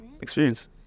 experience